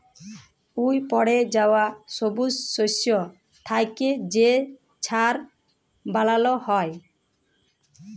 উইপড়ে যাউয়া ছবুজ শস্য থ্যাইকে যে ছার বালাল হ্যয়